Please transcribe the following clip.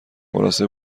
خلاصه